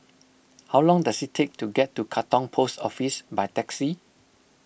how long does it take to get to Katong Post Office by taxi